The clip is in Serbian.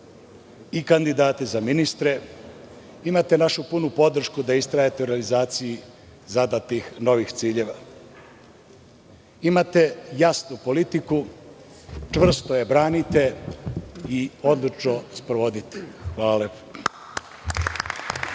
kandidati za ministre, imate našu punu podršku da istrajete u realizaciji zadatih novih ciljeva. Imate jasnu politiku, čvrsto je branite i odlučno sprovodite. Hvala lepo.